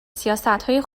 سیاستهای